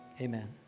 Amen